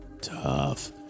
tough